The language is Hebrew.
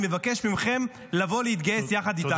אני מבקש מכם לבוא להתגייס יחד איתנו.